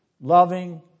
loving